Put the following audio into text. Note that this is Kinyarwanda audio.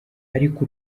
ariko